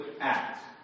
act